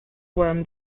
worm